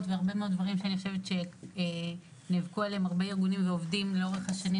והרבה דברים שנאבקו עליהם הרבה ארגונים ועובדים לאורך השנים,